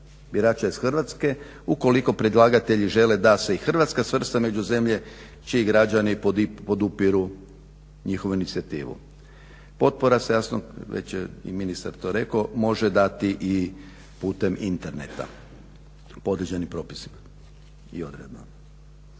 birača iz Hrvatske, ukoliko predlagatelj žele da se i Hrvatska svrsta među zemlje čiji građani podupiru njihovu inicijativu. Potpora se jasno, već je i ministar to rekao, može dati i putem interneta, po određenim propisima i odredbama.